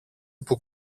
που